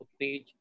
page